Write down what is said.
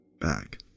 back